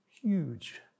huge